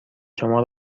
شما